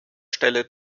stelle